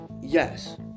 yes